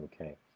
okay